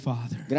Father